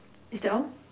is that all